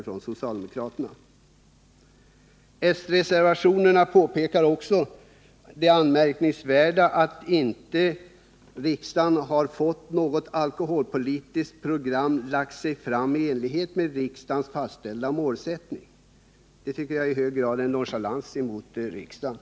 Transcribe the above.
De socialdemokratiska reservanterna pekar också på det anmärkningsvärda i att riksdagen inte fätt något alkohoipolitiskt program i enlighet med den av riksdagen fastställda målsättningen. Att ett sådant program inte lagts fram tycker jag är högst nonchalant mot riksdagen.